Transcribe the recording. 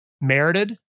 merited